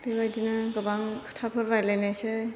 बिफोरबायदिनो गोबां खोथाफोर रायज्लायनोसै